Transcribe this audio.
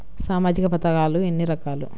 సామాజిక పథకాలు ఎన్ని రకాలు?